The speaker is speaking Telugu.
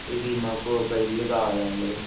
ఇది మాకు ఒక్క ఇల్లు కావాలి అండి